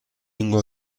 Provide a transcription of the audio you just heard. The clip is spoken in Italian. lingua